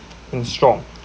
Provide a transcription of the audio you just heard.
and strong